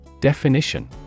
Definition